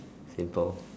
simple